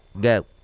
Go